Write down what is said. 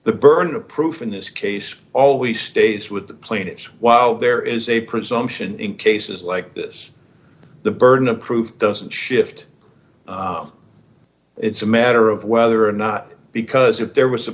the burden of proof in this case always stays with the plaintiffs while there is a presumption in cases like this the burden of proof doesn't shift it's a matter of whether or not because if there was